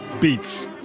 Beats